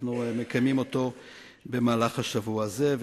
ולכן אנחנו מקיימים אותו במהלך השבוע הזה,